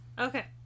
Okay